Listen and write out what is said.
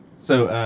so,